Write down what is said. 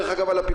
דרך אגב,